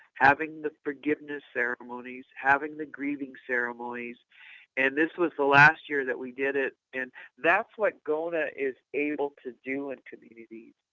having the forgiveness ceremonies, having the grieving ceremonies and this was the last year that we did it and that's what gona is able to do in and communities.